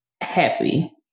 happy